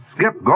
Skip